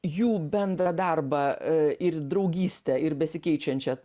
jų bendrą darbą ir draugystę ir besikeičiančią